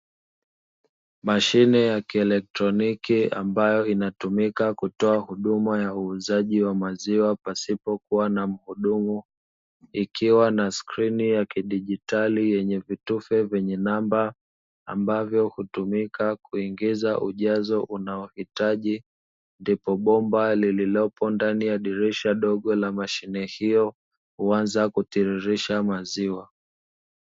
Mashine ya kielektroniki ambayo inatumika kutoa huduma ya uuzaji wa maziwa pasipo kuwa na mhudumu, ikiwa na skrini ya kidigitali yenye vitufe vyenye namba ambavyo hutumika kuingiza ujazo unaohitaji, ndipo bomba lililopo ndani ya dirisha dogo la mashine hiyo huanza kutiririsha maziwa.